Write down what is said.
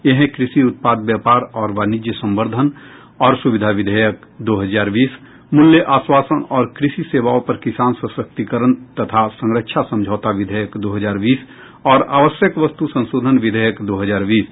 ये हैं कृषि उत्पाद व्यापार और वाणिज्य संवर्द्धन और सुविधा विधेयक दो हजार बीस मूल्य आश्वासन और कृषि सेवाओं पर किसान सशक्तीकरण तथा संरक्षा समझौता विधेयक दो हजार बीस और आवश्यक वस्तु संशोधन विधेयक दो हजार बीस